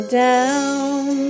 down